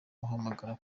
wahamagara